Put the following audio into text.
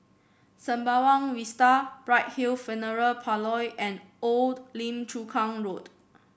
Sembawang Vista Bright Hill Funeral Parlour and Old Lim Chu Kang Road